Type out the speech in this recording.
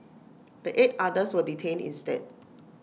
the eight others were detained instead